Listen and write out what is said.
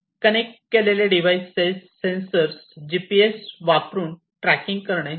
connect केलेले device sensor GPS वापरुन tracking करणे सहज शक्य आहे